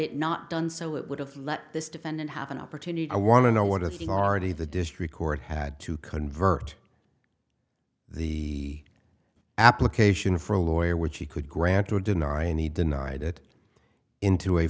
it not done so it would have let this defendant have an opportunity i want to know what if he already the district court had to convert the application for a lawyer which he could grant or deny and he denied it into a